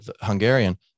Hungarian